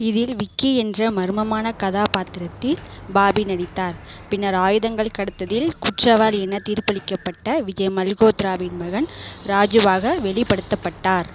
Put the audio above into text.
இதில் விக்கி என்ற மர்மமான கதாபாத்திரத்தில் பாபி நடித்தார் பின்னர் ஆயுதங்கள் கடத்தலில் குற்றவாளி என தீர்ப்பளிக்கப்பட்ட விஜய் மல்கோத்ராவின் மகன் ராஜுவாக வெளிப்படுத்தப்பட்டார்